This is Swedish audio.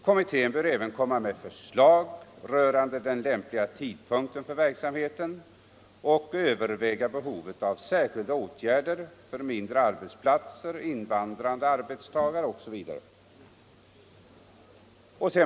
Kommittén bör även komma med förslag rörande den lämpliga tidpunkten för verksamheten och överväga behovet av särskilda åtgärder för mindre arbetsplatser, invandrande arbetstagare osv.